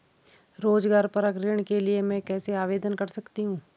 रोज़गार परक ऋण के लिए मैं कैसे आवेदन कर सकतीं हूँ?